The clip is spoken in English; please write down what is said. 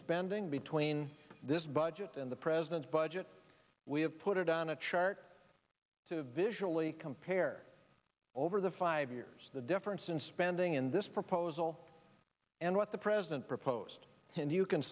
spending between this budget and the president's budget we have put it on a chart to visually compare over the five years the difference in spending in this proposal and what the president proposed and you can